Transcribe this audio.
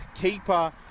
keeper